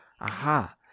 Aha